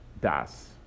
das